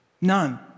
None